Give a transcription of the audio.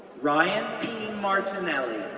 ryan p. martinelli,